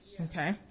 Okay